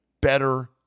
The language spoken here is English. better